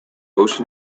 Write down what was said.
ocean